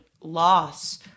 loss